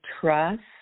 trust